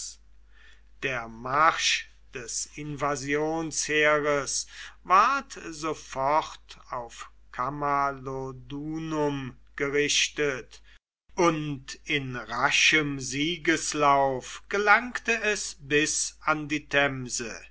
der marsch des invasionsheeres ward sofort auf camalodunum gerichtet und in raschem siegeslauf gelangte es bis an die themse